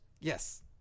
Yes